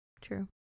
True